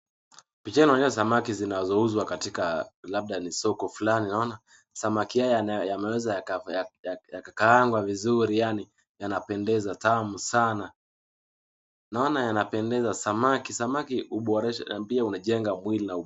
Picha hii inaonyesha samaki zinazouzwa katika labda ni soko fulani naona, samaki haya yanaweza yakaangwa vizuri yaani yanapendekeza tamu sana. Tunaona yanapendekeza samaki uboresha na pia ujenga mwili.